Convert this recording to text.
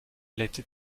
letter